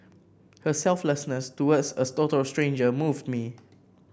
her selflessness towards as total stranger moved me